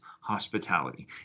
hospitality